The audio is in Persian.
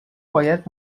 باید